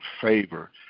favor